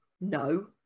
no